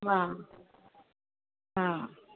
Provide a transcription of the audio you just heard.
हा हा